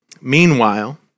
Meanwhile